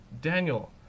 Daniel